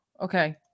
Okay